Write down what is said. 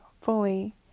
fully